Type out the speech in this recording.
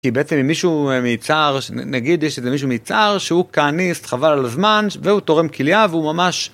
כי בעצם מישהו מיצהר, נגיד יש איזה מישהו מיצהר שהוא כהניסת, חבל על הזמן והוא תורם כלייה והוא ממש...